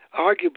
Arguably